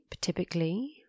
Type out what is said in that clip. typically